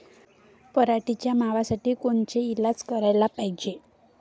पराटीवरच्या माव्यासाठी कोनचे इलाज कराच पायजे?